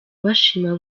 bashima